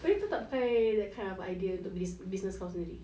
tapi itu tak pakai that kind of idea untuk business kau sendiri